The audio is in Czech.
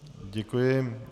Děkuji.